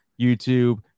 YouTube